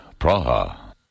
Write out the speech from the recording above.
Praha